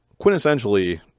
quintessentially